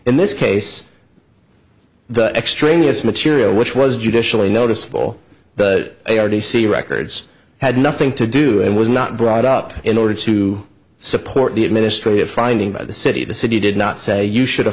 in this case the extraneous material which was judicially noticeable but they are the c records had nothing to do and was not brought up in order to support the administrative finding by the city the city did not say you should